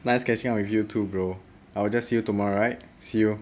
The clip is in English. nice catching up with you to grow I will just see you tomorrow right co